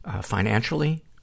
financially